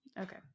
Okay